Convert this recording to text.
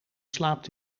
slaapt